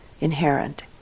inherent